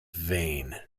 vain